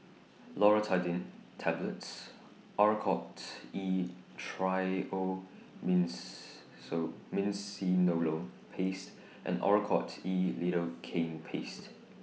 Loratadine Tablets Oracort E Paste and Oracort E Lidocaine Paste